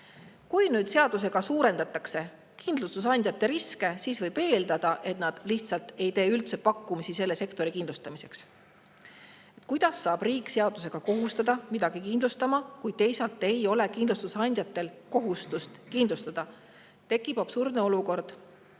Kui nüüd seadusega suurendatakse kindlustusandjate riske, siis võib eeldada, et nad ei tee lihtsalt üldse pakkumisi selle sektori [ettevõtete] kindlustamiseks. Kuidas saab riik seadusega kohustada midagi kindlustama, kuid teisalt ei ole kindlustusandjatel kohustust kindlustada? Tekib absurdne olukord.